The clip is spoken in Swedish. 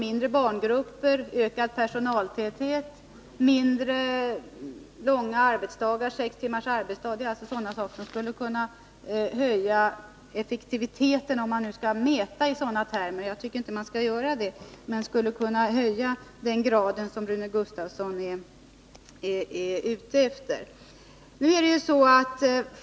Mindre barngrupper, ökad personaltäthet, sex timmars arbetsdag är sådant som kunde höja effektiviteten — om man nu skall mäta i sådana termer, jag tycker inte det — och man skulle därigenom kunna få den högre utnyttjandegrad som Rune Gustavsson är ute efter.